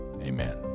Amen